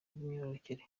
bw’imyororokere